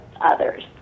others